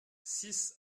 six